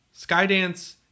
Skydance